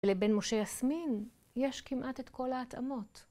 לבן משה יסמין יש כמעט את כל ההתאמות.